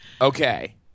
okay